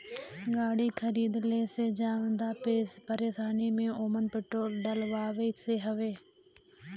गाड़ी खरीदले से जादा परेशानी में ओमन पेट्रोल डलवावे से हउवे